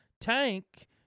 Tank